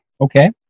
Okay